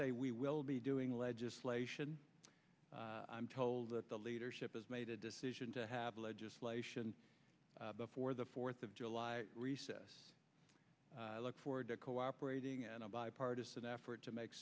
say we will be doing legislation i'm told that the leadership has made a decision to have legislation before the fourth of july recess i look forward to cooperating in a bipartisan effort to make